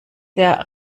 der